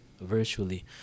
Virtually